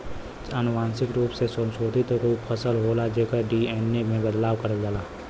अनुवांशिक रूप से संशोधित उ फसल होला जेकर डी.एन.ए में बदलाव करल जाला